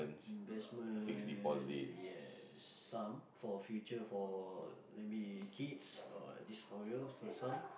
investments yes sum for future for maybe kids or this for real for sum